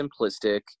simplistic